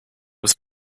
was